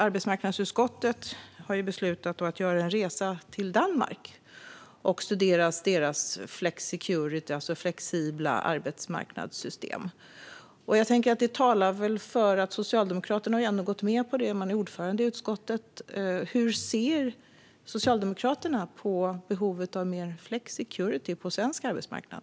Arbetsmarknadsutskottet har beslutat att göra en resa till Danmark och studera deras flexicurity, alltså deras flexibla arbetsmarknadssystem. Socialdemokraterna har gått med på det - man har ordförandeposten i utskottet - så jag undrar: Hur ser Socialdemokraterna på behovet av mer flexicurity på svensk arbetsmarknad?